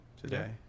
today